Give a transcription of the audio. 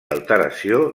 alteració